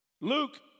Luke